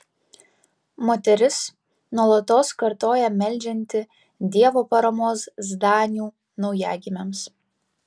moteris nuolatos kartoja meldžianti dievo paramos zdanių naujagimiams